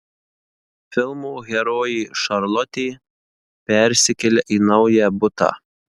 filmo herojė šarlotė persikelia į naują butą